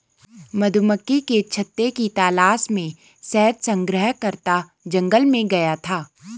मधुमक्खी के छत्ते की तलाश में शहद संग्रहकर्ता जंगल में गया था